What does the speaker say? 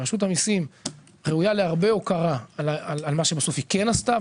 שרשות המיסים ראויה להרבה הוקרה על מה שבסוף היא כן עשתה,